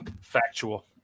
factual